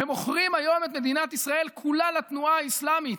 מוכרים היום את מדינת ישראל כולה לתנועה האסלאמית.